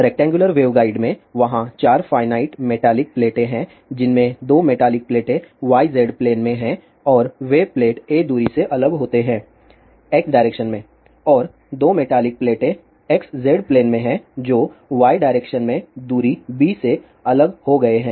rectangular waveguide में वहाँ 4 finite metallic प्लेटें हैं जिनमें से 2 मेटैलिक प्लेटें YZ प्लेन में हैं और वे प्लेट a दूरी से अलग होते हैं x डायरेक्शन में और 2 मेटैलिक प्लेटें XZ प्लेन में हैं जो y डायरेक्शन में दूरी b से अलग हो गए हैं